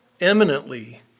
eminently